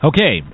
Okay